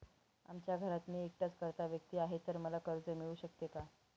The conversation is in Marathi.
आमच्या घरात मी एकटाच कर्ता व्यक्ती आहे, तर मला कर्ज मिळू शकते का?